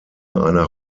einer